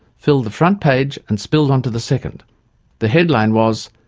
filled the front page and spilled onto the second the headline was,